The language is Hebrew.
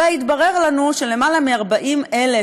והתברר לנו שיותר מ-40,000